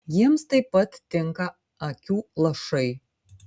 jiems taip pat tinka akių lašai